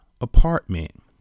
apartment